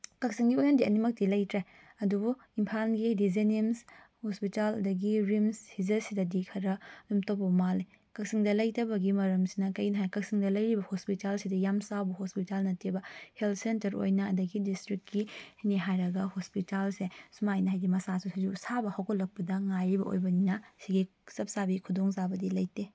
ꯀꯛꯆꯤꯡꯒꯤ ꯑꯣꯏꯅꯗꯤ ꯑꯅꯤꯃꯛꯇꯤ ꯂꯩꯇ꯭ꯔꯦ ꯑꯗꯨꯕꯨ ꯏꯝꯐꯥꯜꯒꯤꯗꯤ ꯖꯦꯅꯤꯝꯁ ꯍꯣꯁꯄꯤꯇꯥꯜ ꯑꯗꯒꯤ ꯔꯤꯝꯁ ꯁꯤꯖꯥ ꯁꯤꯗꯗꯤ ꯈꯔ ꯑꯗꯨꯝ ꯇꯧꯕ ꯃꯥꯜꯂꯤ ꯀꯛꯆꯤꯡꯗ ꯂꯩꯇꯕꯒꯤ ꯃꯔꯝꯁꯤꯅ ꯀꯩꯒꯤꯅꯣ ꯍꯥꯏꯔꯒ ꯀꯛꯆꯤꯡꯗ ꯂꯩꯔꯤꯕ ꯍꯣꯄꯁꯤꯇꯥꯜꯁꯤꯗꯤ ꯌꯥꯝ ꯆꯥꯎꯕ ꯍꯣꯁꯄꯤꯇꯥꯜ ꯅꯠꯇꯦꯕ ꯍꯦꯜꯠ ꯁꯦꯟꯇꯔ ꯑꯣꯏꯅ ꯑꯗꯒꯤ ꯗꯤꯁꯇ꯭ꯔꯤꯛꯀꯤꯅꯤ ꯍꯥꯏꯔꯒ ꯍꯣꯁꯄꯤꯇꯥꯜꯁꯦ ꯁꯨꯃꯥꯏꯅ ꯍꯥꯏꯗꯤ ꯃꯆꯥꯁꯨ ꯁꯥꯕ ꯍꯧꯒꯠꯂꯛꯄꯗ ꯉꯥꯏꯔꯤꯕ ꯑꯣꯏꯕꯅꯤꯅ ꯁꯤꯒꯤ ꯆꯞꯆꯥꯕꯤ ꯈꯨꯗꯣꯡꯆꯥꯕꯗꯤ ꯂꯩꯇꯦ